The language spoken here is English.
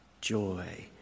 joy